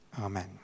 Amen